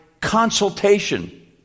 consultation